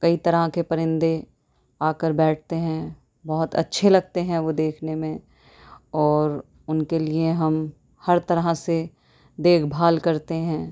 کئی طرح کے پرندے آ کر بیٹھتے ہیں بہت اچھے لگتے ہیں وہ دیکھنے میں اور ان کے لیے ہم ہر طرح سے دیکھ بھال کرتے ہیں